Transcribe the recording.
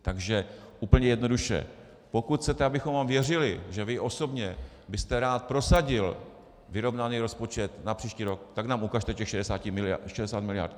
Takže úplně jednoduše, pokud chcete, abychom vám věřili, že vy osobně byste rád prosadil vyrovnaný rozpočet na příští rok, tak nám ukažte těch 60 miliard.